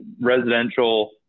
residential